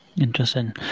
Interesting